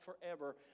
forever